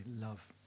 love